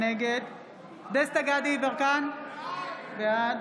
נגד דסטה גדי יברקן, בעד